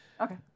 Okay